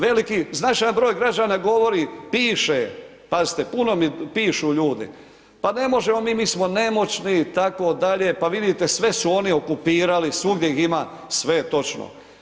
Veliki, značajan broj građana govori, piše, pazite puno mi pišu ljudi, pa ne možemo mi, mi smo nemoćni itd., pa vidite sve su oni okupirali, svugdje ih ima, sve je točno.